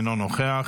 אינו נוכח.